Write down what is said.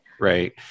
Right